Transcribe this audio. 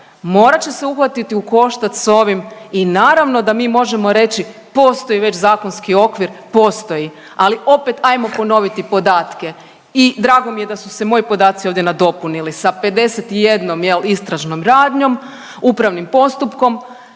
morat će se uhvatiti u koštac s ovim i naravno da mi možemo reći postoji već zakonski okvir, postoji, ali opet ajmo ponoviti podatke i drago mi je da su se moji podaci ovdje nadopunili sa 51 jel istražnom radnjom, upravnim postupkom